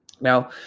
Now